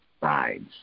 sides